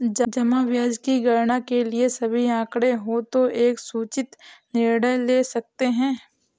जमा ब्याज की गणना के लिए सभी आंकड़े हों तो एक सूचित निर्णय ले सकते हैं